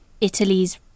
Italy's